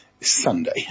Sunday